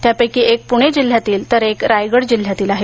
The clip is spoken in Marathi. त्यापैकी एक पुणे जिल्ह्यात तर एक रायगड जिल्ह्यातील आहे